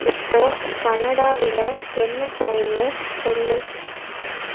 இப்போ கனடாவில் என்ன டைம்ன்னு சொல்லு